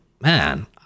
man